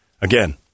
Again